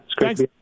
Thanks